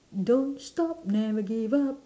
don't stop never give up